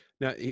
Now